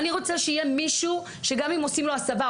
אני רוצה שיהיה מישהו שגם אם עושים לו הסבה,